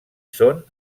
són